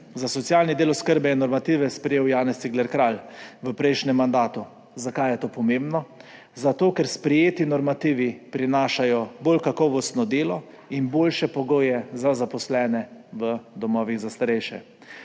Za socialni del oskrbe je normative sprejel Janez Cigler Kralj v prejšnjem mandatu. Zakaj je to pomembno? Zato ker sprejeti normativi prinašajo bolj kakovostno delo in boljše pogoje za zaposlene v domovih za starejše.